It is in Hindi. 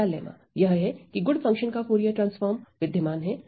पहला लेम्मा यह है कि गुड फंक्शन का फूरिये ट्रांसफॉर्म विद्यमान है